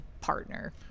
partner